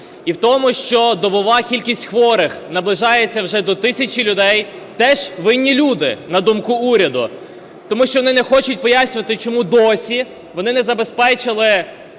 В тому що добова кількість хворих наближається вже до 1 тисячі людей теж винні люди, на думку уряду. Тому що вони не хочуть пояснювати чому досі вони не забезпечили